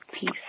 peace